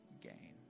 gain